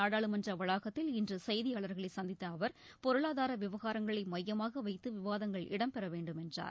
நாடாளுமன்ற வளாகத்தில் இன்று செய்தியாளர்களை சந்தித்த அவர் பொருளாதார விவகாரங்களை மையமாக வைத்து விவாதங்கள் இடம்பெற வேண்டும் என்றார்